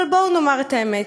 אבל בואו נאמר את האמת: